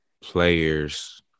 players